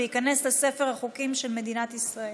וייכנס לספר החוקים של מדינת ישראל.